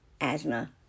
asthma